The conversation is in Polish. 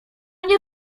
nie